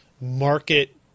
market